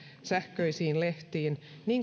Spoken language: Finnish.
sähköisiin lehtiin